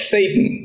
Satan